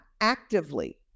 actively